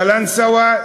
קלנסואה,